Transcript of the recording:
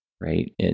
right